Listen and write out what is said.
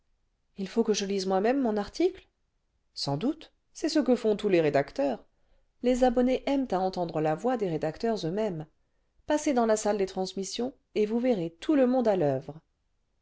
il faut que je lise moi-même mon article sans doute c'est ce que font tous les rédacteurs les abonnés aiment à entendre la voix des rédacteurs eux-mêmes passez dans la salle des transmissions et vous verrez tout le monde à l'oeuvre